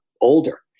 older